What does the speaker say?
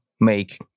make